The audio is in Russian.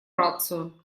рацию